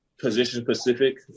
position-specific